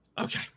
Okay